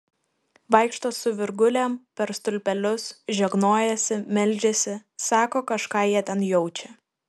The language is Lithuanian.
vaikšto su virgulėm per stulpelius žegnojasi meldžiasi sako kažką jie ten jaučią